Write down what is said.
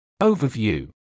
Overview